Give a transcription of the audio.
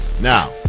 Now